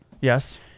Yes